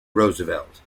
roosevelt